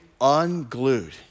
unglued